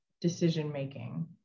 decision-making